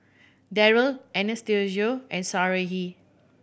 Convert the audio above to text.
Darrell Anastacio and Sarahi